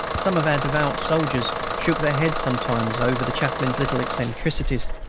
some of our devout soldiers shook their heads sometimes over the chaplain's little eccentricities.